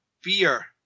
fear